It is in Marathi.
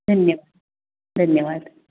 धन्यवाद धन्यवाद